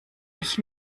mich